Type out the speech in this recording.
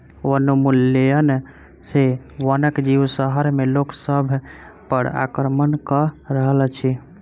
वनोन्मूलन सॅ वनक जीव शहर में लोक सभ पर आक्रमण कअ रहल अछि